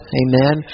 amen